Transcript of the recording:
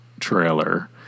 trailer